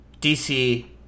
DC